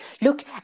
Look